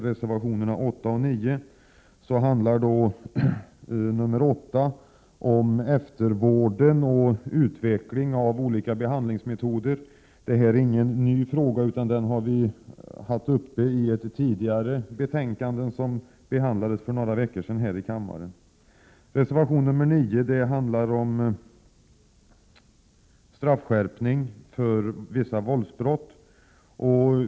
Reservation nr 8 handlar om eftervården och utveckling av olika behandlingsmetoder. Detta är ingen ny fråga. Den bereddes även i ett tidigare betänkande, som behandlades här i kammaren för några veckor sedan. Reservation 9 handlar om straffskärpning för vissa våldsbrott.